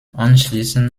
anschließend